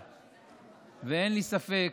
ואין לי ספק